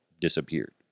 disappeared